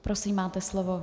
Prosím, máte slovo.